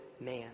man